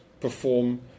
perform